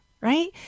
right